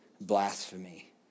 blasphemy